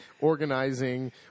organizing